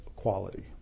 quality